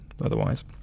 otherwise